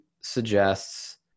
suggests